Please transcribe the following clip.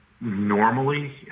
Normally